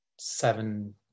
seven